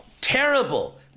terrible